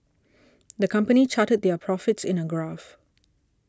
the company charted their profits in a graph